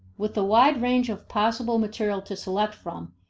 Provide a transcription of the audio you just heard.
with the wide range of possible material to select from,